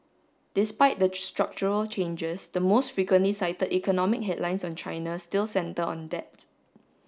despite the structural changes the most frequently cited economic headlines on China still centre on debt